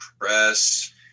press